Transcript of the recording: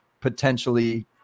potentially